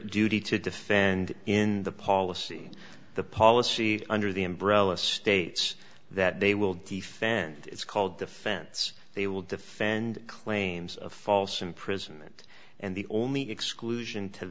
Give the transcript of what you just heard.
duty to defend in the policy the policy under the umbrella states that they will defend it's called defense they will defend claims of false imprisonment and the only exclusion to